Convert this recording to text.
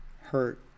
hurt